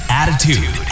attitude